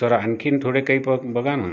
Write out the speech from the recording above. तर आणखीन थोडे काही पण बघा ना